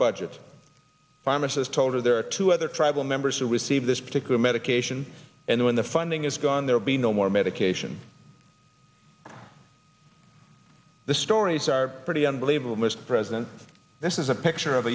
budget pharmacist told her there are two other tribal members who receive this particular medication and when the funding is gone there'll be no more medication the stories are pretty unbelievable mr president this is a picture of